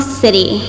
city